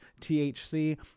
THC